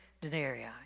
denarii